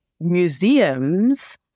museums